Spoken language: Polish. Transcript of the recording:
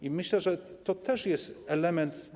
I myślę, że to też jest element.